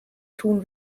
tun